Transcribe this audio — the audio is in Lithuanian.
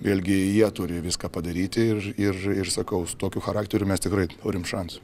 vėlgi jie turi viską padaryti ir ir ir sakau su tokiu charakteriu mes tikrai turim šansų